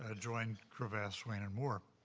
ah joined cravath, swaine and moore,